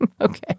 Okay